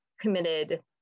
committed